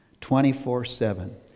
24-7